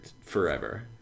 forever